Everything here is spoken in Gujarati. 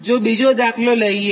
તો બીજો દાખલો લઇએ